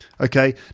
okay